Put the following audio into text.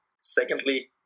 Secondly